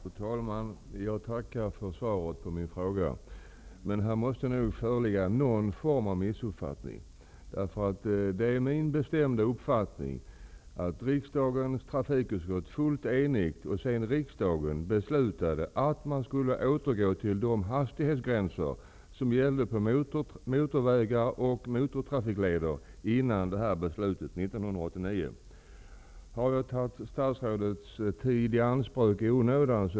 Fru talman! Jag tackar för svaret på min fråga. Men här måste nog föreligga någon form av missuppfattning, Det är min bestämda uppfattning att riksdagens trafikutskott fullt enigt tillstyrkte och sedan kammaren beslutade att det skulle ske en återgång till de hastighetsgränser som gällde på motorvägar och motortrafikleder före beslutet Jag ber om ursäkt om jag i onödan har tagit statsrådets tid i anspråk.